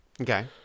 Okay